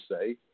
say